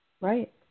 Right